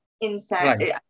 inside